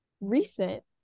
recent